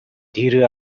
diru